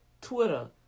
Twitter